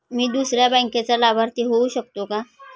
मी दुसऱ्या बँकेचा लाभार्थी होऊ शकतो का?